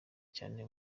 cyane